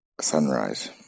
Sunrise